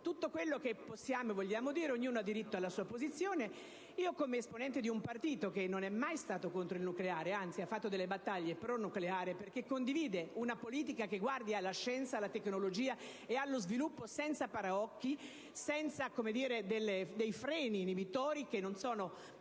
tutto quello che possiamo e vogliamo dire, perché ognuno ha diritto alla sua posizione. Io sono esponente di un partito che non è mai stato contro il nucleare, anzi ha fatto delle battaglie *pro* nucleare, perché condivide una politica che guardi alla scienza, alla tecnologia e allo sviluppo senza paraocchi, senza freni inibitori che non sono